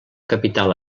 capital